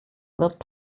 wird